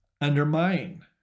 Undermine